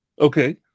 okay